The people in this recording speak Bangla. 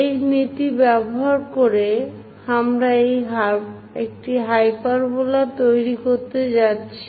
এই নীতি ব্যবহার করে আমরা একটি হাইপারবোলা তৈরি করতে যাচ্ছি